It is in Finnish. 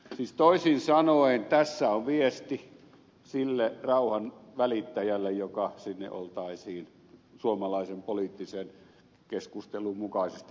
siis toisin sanoen tässä on viesti sille rauhanvälittäjälle joka sinne oltaisiin suomalaisen poliittisen keskustelun mukaisesti lähettämässä